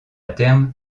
terme